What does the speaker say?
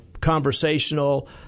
conversational